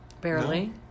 barely